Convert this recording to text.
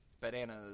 bananas